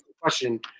question